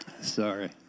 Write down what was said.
sorry